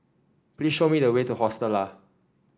please show me the way to Hostel Lah